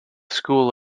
school